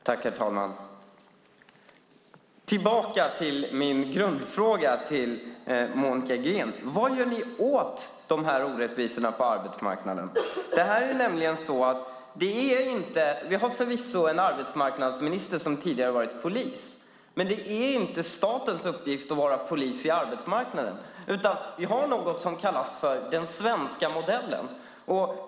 Herr talman! Jag vill gå tillbaka till min grundfråga till Monica Green: Vad gör ni åt de här orättvisorna på arbetsmarknaden? Vi har förvisso en arbetsmarknadsminister som tidigare har varit polis, men det är inte statens uppgift att vara polis på arbetsmarknaden, utan vi har något som kallas för den svenska modellen.